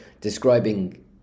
describing